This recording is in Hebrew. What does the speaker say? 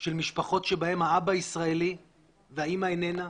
של משפחות שבהם האבא ישראלי והאמא איננה,